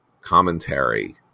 COMMENTARY